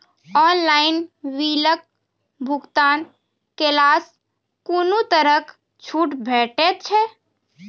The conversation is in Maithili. ऑनलाइन बिलक भुगतान केलासॅ कुनू तरहक छूट भेटै छै?